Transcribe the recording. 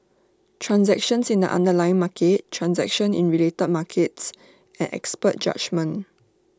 transactions in the underlying market transactions in related markets and expert judgement